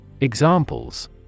Examples